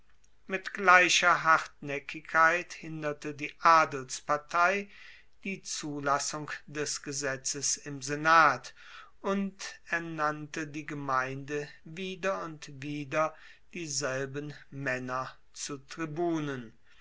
mit gleicher hartnaeckigkeit hinderte die adelspartei die zulassung des gesetzes im senat und ernannte die gemeinde wieder und wieder dieselben maenner zu tribunen